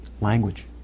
Language